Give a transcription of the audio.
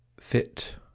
FIT